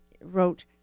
wrote